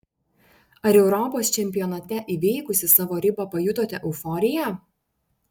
ar europos čempionate įveikusi savo ribą pajutote euforiją